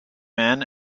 man